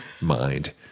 mind